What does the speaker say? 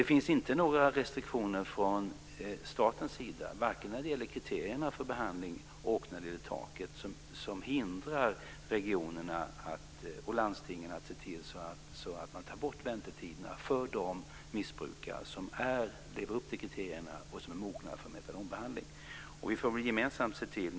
Det finns inte några restriktioner från statens sida, varken när det gäller kriterierna för behandling eller när det gäller taket för deltagande som hindrar regionerna och landstingen att se till att väntetiderna tas bort för de missbrukare som lever upp till kriterierna och som är mogna för metadonbehandling.